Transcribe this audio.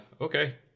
okay